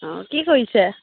অঁ কি কৰিছে